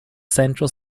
central